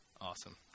Awesome